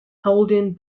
holding